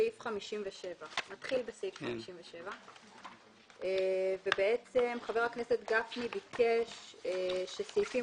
סעיף 57. חבר הכנסת גפני ביקש שסעיפים